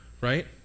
right